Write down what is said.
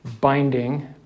binding